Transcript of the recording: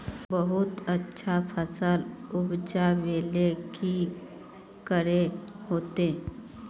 बहुत अच्छा फसल उपजावेले की करे होते?